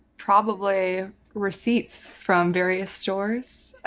probably receipts from various stores.